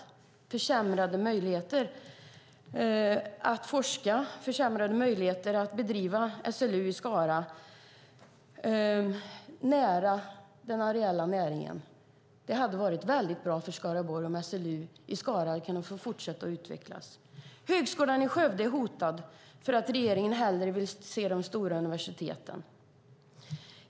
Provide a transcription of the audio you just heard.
Det blir försämrade möjligheter att forska och försämrade möjligheter att driva SLU i Skara nära den areella näringen. Det hade varit bra för Skaraborg om SLU i Skara hade fått fortsätta att utvecklas. Högskolan i Skövde är hotad därför att regeringen hellre vill se de stora universiteten.